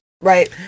Right